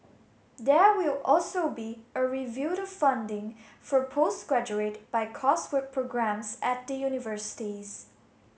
there will also be a review of funding for postgraduate by coursework programmes at the universities